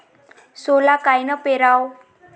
सोला कायनं पेराव?